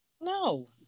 No